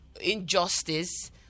injustice